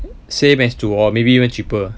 same as 煮 or maybe even cheaper